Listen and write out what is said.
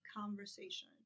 conversation